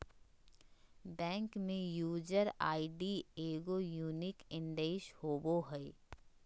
bank में user ID एगो unique address होबो हइ